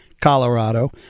Colorado